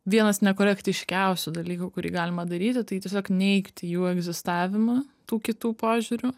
vienas nekorektiškiausių dalykų kurį galima daryti tai tiesiog neigti jų egzistavimą tų kitų požiūriu